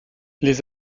les